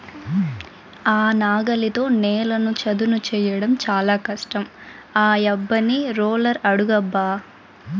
ఆ నాగలితో నేలను చదును చేయడం చాలా కష్టం ఆ యబ్బని రోలర్ అడుగబ్బా